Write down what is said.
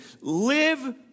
live